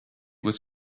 was